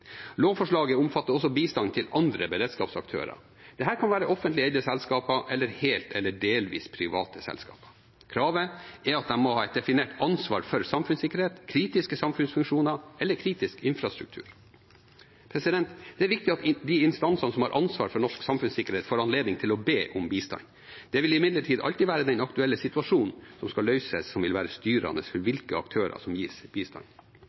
Lovforslaget omfatter også bistand til andre beredskapsaktører. Dette kan være offentlig eide selskaper eller helt eller delvis private selskaper. Kravet er at de må ha et definert ansvar for samfunnssikkerhet, kritiske samfunnsfunksjoner eller kritisk infrastruktur. Det er viktig at de instansene som har ansvar for norsk samfunnssikkerhet, får anledning til å be om bistand. Det vil imidlertid alltid være den aktuelle situasjonen som skal løses, som vil være styrende for hvilke aktører som gis bistand.